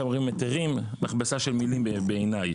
אומרים היתרים מכבסה של מילים בעיניי.